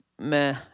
meh